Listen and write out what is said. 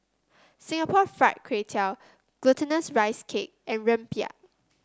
Singapore Fried Kway Tiao Glutinous Rice Cake and Rempeyek